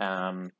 um